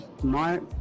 smart